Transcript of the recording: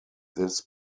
this